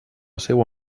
seua